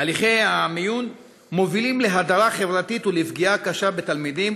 הליכי המיון מובילים להדרה חברתית ולפגיעה קשה בתלמידים,